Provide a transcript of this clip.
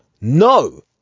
No